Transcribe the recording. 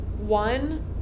one